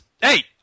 hey